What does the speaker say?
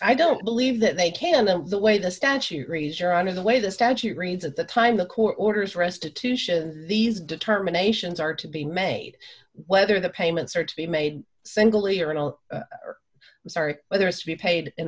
i don't believe that they can and the way the statute grazer out of the way the statute reads at the time the court orders restitution these determinations are to be made whether the payments are to be made single erial sorry whether it's to be paid in